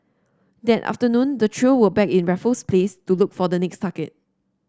that afternoon the trio were back in Raffles Place to look for the next target